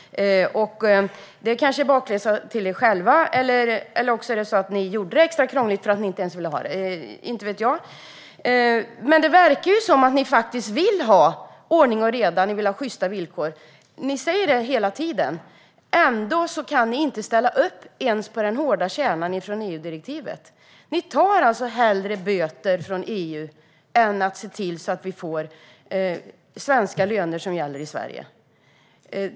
Det kanske är en bakläxa till er själva, eller också gjorde ni det extra krångligt för att ni inte ens ville ha det - inte vet jag. Men det verkar ju som att ni faktiskt vill ha ordning och reda och sjysta villkor. Ni säger det hela tiden. Ändå kan ni inte ens ställa upp på den hårda kärnan i EU-direktivet. Tar ni alltså hellre böter från EU än ser till att vi får svenska löner som gäller i Sverige?